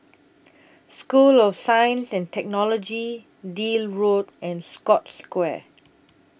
School of Science and Technology Deal Road and Scotts Square